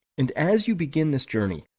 and as you begin this journey,